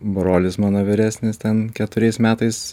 brolis mano vyresnis ten keturiais metais